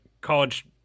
college